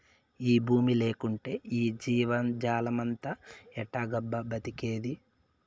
ఈ బూమి లేకంటే ఈ జీవజాలమంతా ఎట్టాగబ్బా బతికేది